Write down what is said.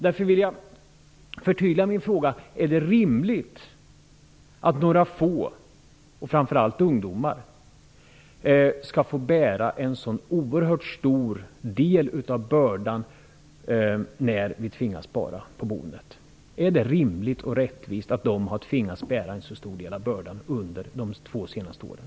Jag vill därför förtydliga min fråga: Är det rimligt att några få, och framför allt ungdomar, skall få bära en så oerhört stor del av bördan när vi tvingas spara på boendet? Är det rimligt och rättvist att de har tvingats bära en så stor del av bördan under de två senaste åren?